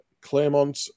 Claremont